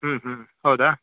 ಹ್ಞೂ ಹ್ಞೂ ಹೌದಾ